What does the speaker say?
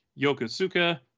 Yokosuka